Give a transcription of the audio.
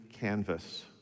canvas